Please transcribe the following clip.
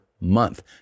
month